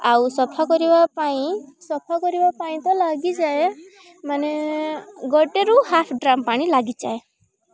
ଆଉ ସଫା କରିବା ପାଇଁ ସଫା କରିବା ପାଇଁ ତ ଲାଗିଯାଏ ମାନେ ଗୋଟେରୁ ହାଫ୍ ଡ୍ରମ୍ ପାଣି ଲାଗିଯାଏ